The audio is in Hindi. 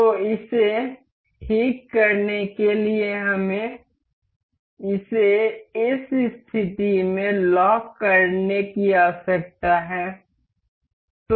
तो इसे ठीक करने के लिए हमें इसे इस स्थिति में लॉक करने की आवश्यकता है